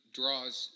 draws